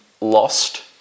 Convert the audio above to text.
lost